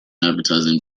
advertising